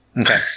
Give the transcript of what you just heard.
Okay